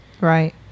Right